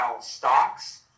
stocks